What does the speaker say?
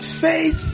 faith